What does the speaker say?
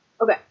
Okay